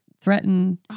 threaten